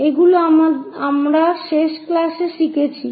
এইগুলি আমরা শেষ ক্লাসে শিখেছি